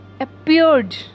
appeared